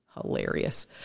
hilarious